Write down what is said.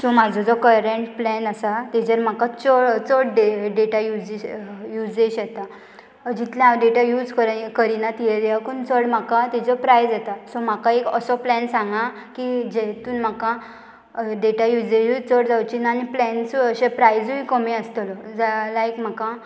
so म्हाजो जो current plan आसा ताजेर म्हाका चड चड डेटा यूजेश यूजेश येता जितले हांव डेटा यूज करिना तज्याकून चड म्हाका तेजो प्रायज येता सो म्हाका एक असो प्लॅन सांगा की जेतून म्हाका डेटा युजेजूय चड जावची ना आनी प्लेन्सूय अशे प्रायजूय कमी आसतलो जा लायक म्हाका